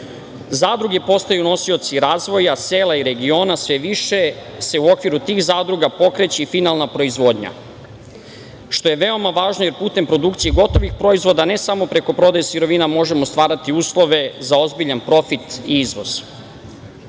postaju nosioci razvoja sela i regiona. Sve više se u okviru tih zadruga pokreće i finalna proizvodnja, što je veoma važno, jer putem produkcije gotovih proizvoda ne samo preko prodaje sirovina možemo stvarati uslove za ozbiljan profit i